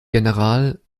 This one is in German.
general